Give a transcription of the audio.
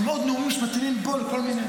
יש עוד נאומים שמתאימים, כל מיני.